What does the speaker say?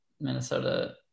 Minnesota